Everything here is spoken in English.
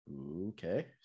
Okay